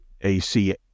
AC